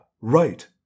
right